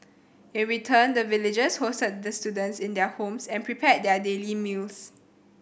in return the villagers hosted the students in their homes and prepared their daily meals